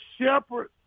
shepherd